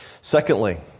Secondly